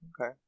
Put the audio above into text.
Okay